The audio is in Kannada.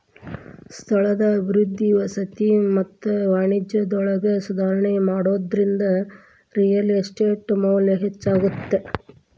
ಸ್ಥಳದ ಅಭಿವೃದ್ಧಿ ವಸತಿ ಮತ್ತ ವಾಣಿಜ್ಯದೊಳಗ ಸುಧಾರಣಿ ಮಾಡೋದ್ರಿಂದ ರಿಯಲ್ ಎಸ್ಟೇಟ್ ಮೌಲ್ಯ ಹೆಚ್ಚಾಗತ್ತ